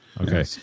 Okay